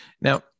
Now